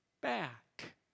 back